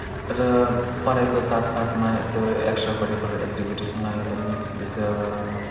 र पढाइको साथसाथमा यस्तो एक्स्ट्रा करिकुलर एक्टिभिटिजमा पनि जस्तै अब